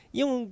yung